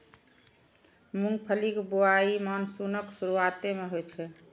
मूंगफलीक बुआई मानसूनक शुरुआते मे होइ छै